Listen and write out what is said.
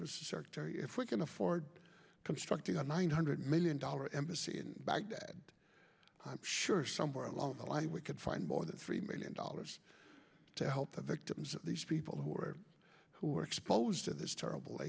research if we can afford constructing a nine hundred million dollar embassy in baghdad i'm sure somewhere along the line we could find more than three million dollars to help the victims of these people who are who are exposed to this terrible